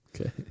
Okay